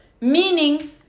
meaning